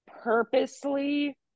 purposely